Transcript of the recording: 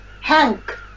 Hank